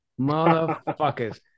Motherfuckers